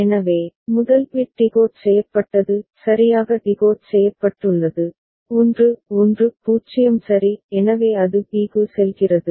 எனவே முதல் bit decode செய்யப்பட்டது சரியாக டிகோட் செய்யப்பட்டுள்ளது 1 1 0 சரி எனவே அது b க்கு செல்கிறது